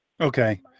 Okay